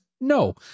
No